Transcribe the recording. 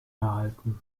erhalten